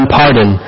pardon